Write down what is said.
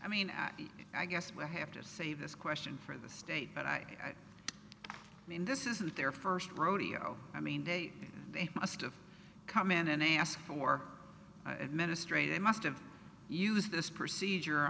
i mean i guess we'll have to save this question for the state but i mean this isn't their first rodeo i mean they must have come in and ask for an administrator a must have used this procedure